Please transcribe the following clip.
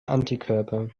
antikörper